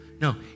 No